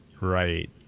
right